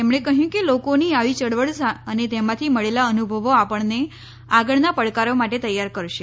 તેમણે કહ્યું કે લોકોની આવી ચળવળ અને તેમાંથી મળેલા અનુભવી આપણને આગળના પડકારો માટે તૈયાર કરશે